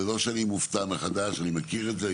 ולא שאני מופתע מחדש, אני מכיר את זה.